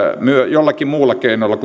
jollakin muulla keinolla